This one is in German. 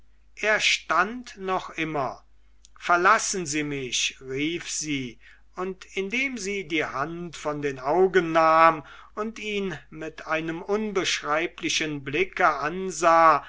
er stand noch immer verlassen sie mich rief sie und indem sie die hand von den augen nahm und ihn mit einem unbeschreiblichen blicke ansah